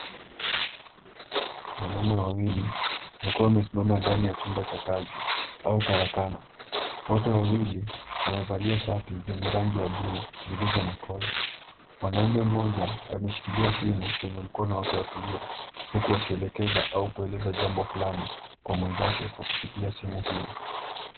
Wanaume wawili wamesimama ndani ya chumba cha kazi au karakana. Wote wawili wamevalia shati zenye rangi ya buluu zilizo na kola. Mwanaume mmoja ameshikilia simu kwenye mkono wake wa kulia huku wakielekeza au kueleza jambo fulani kwa mwenzake kwa kupitia simu hiyo.